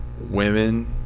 women